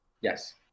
Yes